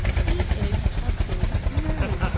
he is a big nerd.